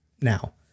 Now